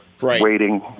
waiting